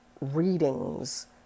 readings